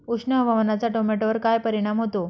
उष्ण हवामानाचा टोमॅटोवर काय परिणाम होतो?